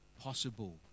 possible